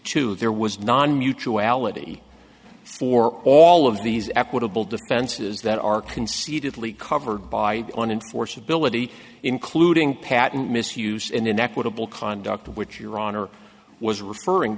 two there was non mutuality for all of these equitable defenses that are concededly covered by on enforceability including patent misuse and inequitable conduct which your honor was referring